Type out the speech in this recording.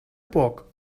poc